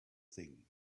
thing